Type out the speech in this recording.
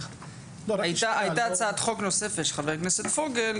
הייתה הצעת חוק נוספת של חבר הכנסת פוגל,